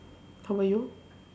how about you